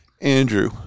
andrew